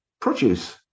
produce